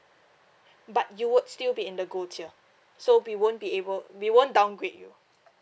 but you would still be in the gold tier so we won't be able we won't downgrade you